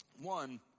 One